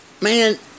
man